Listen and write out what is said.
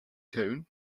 tone